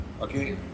okay